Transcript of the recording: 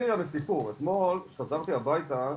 אני אתחיל בסיפור, אתמול שחזרתי הביתה